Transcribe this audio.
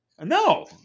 No